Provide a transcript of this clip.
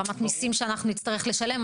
ברמת מיסים שאנחנו נצטרך לשלם,